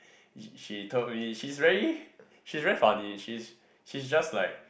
she she told me she's very she's very funny she's she's just like